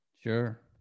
Sure